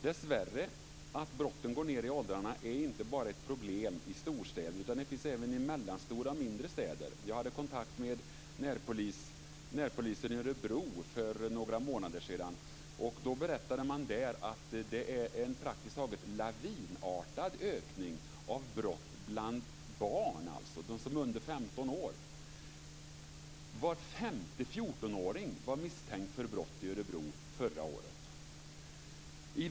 Dessvärre är detta med att brotten går ned i åldrarna inte bara ett problem i storstäder, utan det finns även i mellanstora och mindre städer. Jag hade kontakt med närpolisen i Örebro för några månader sedan. Där berättade man om en praktiskt taget lavinartad ökning av brott bland barn, dvs. bland dem som är under 15 år. Var femte 14-åring var misstänkt för brott i Örebro förra året.